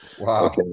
Wow